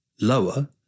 lower